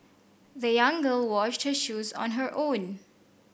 the young girl washed her shoes on her own